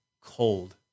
cold